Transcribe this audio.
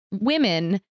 women